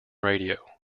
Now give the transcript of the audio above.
radio